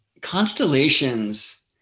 constellations